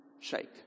shake